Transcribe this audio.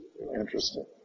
Interesting